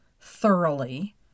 thoroughly